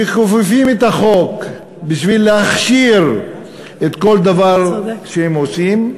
מכופפים את החוק בשביל להכשיר כל דבר שהם עושים,